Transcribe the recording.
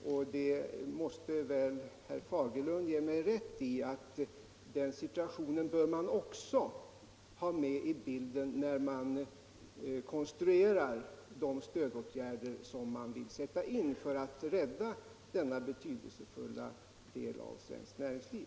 Herr Fagerlund måste väl ge mig rätt i att den situationen bör man också ha med i bilden när man konstruerar de stödåtgärder som man vill sätta in för att rädda denna betydelsefulla :del av svenskt niäringsliv.